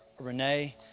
Renee